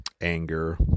anger